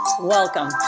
Welcome